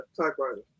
typewriter